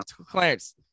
Clarence